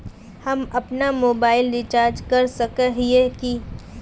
हम अपना mobile recharge कर सकय हिये की?